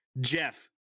Jeff